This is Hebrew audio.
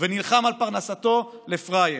ונלחם על פרנסתו, לפראייר.